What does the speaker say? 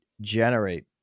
generate